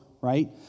right